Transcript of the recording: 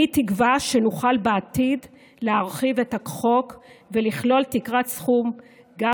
אני תקווה שנוכל בעתיד להרחיב את החוק ולכלול תקרת סכום גם